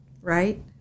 right